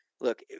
look